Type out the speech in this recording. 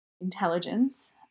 intelligence